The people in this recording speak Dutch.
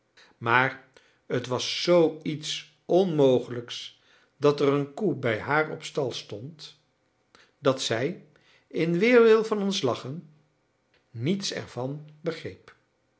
maar het was zoo iets onmogelijks dat er een koe bij haar op stal stond dat zij in weerwil van ons lachen niets ervan begreep